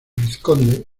vizconde